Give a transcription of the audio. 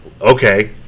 okay